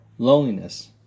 Loneliness